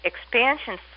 expansion